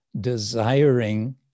desiring